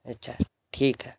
اچھا ٹھیک ہے